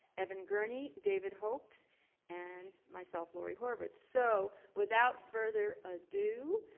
evan gurney, david hopes and myself lori horvitz. so without further ado,